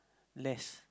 less